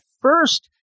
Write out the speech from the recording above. first